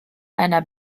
einer